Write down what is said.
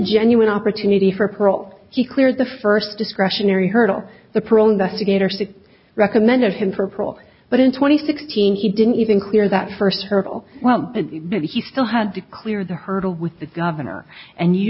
genuine opportunity for parole he clears the first discretionary hurdle the parole investigator says recommended him for parole but in twenty sixteen he didn't even clear that first hurdle well he still had to clear the hurdle with the governor and you